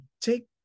take